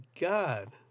God